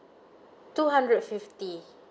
two hundred fifty